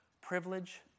privilege